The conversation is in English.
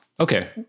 okay